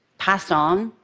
pass on,